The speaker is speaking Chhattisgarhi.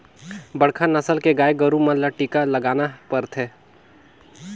बड़खा नसल के गाय गोरु मन ल टीका लगाना परथे